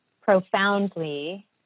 profoundly